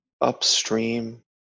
upstream